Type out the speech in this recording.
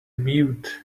mute